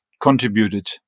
contributed